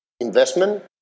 investment